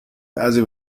بعضی